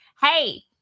Hey